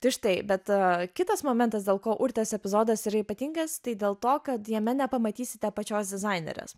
tai štai bet kitas momentas dėl ko urtės epizodas yra ypatingas tai dėl to kad jame nepamatysite pačios dizainerės